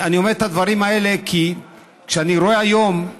אני אומר את הדברים האלה כי כשאני רואה היום,